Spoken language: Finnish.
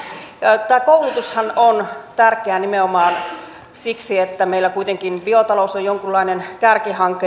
tämä koulutushan on tärkeää nimenomaan siksi että meillä kuitenkin biotalous on jonkunlainen kärkihanke